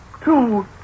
Two